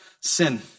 sin